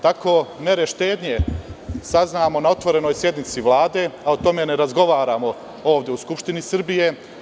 Tako za mere štednje saznamo na otvorenoj sednici Vlade, a o tome ne razgovaramo ovde u Skupštini Srbije.